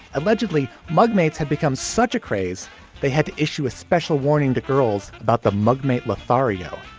allegedly mug mates had become such a craze they had to issue a special warning to girls about the mug mate lothario,